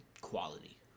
quality